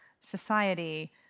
society